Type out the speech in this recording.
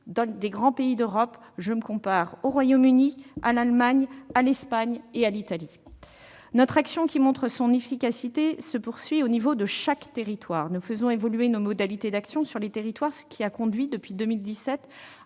des grands pays d'Europe, si l'on compare avec le Royaume-Uni, l'Allemagne, l'Espagne et l'Italie. Notre action, qui montre son efficacité, se poursuit dans chaque territoire. Nous faisons évoluer nos modalités d'action dans les territoires, ce qui a conduit, depuis 2017,